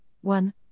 one